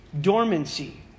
dormancy